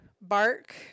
bark